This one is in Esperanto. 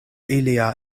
ilia